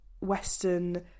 Western